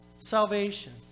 salvation